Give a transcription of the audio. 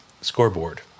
scoreboard